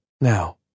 Now